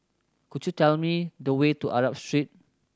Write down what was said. could you tell me the way to Arab Street